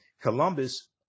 Columbus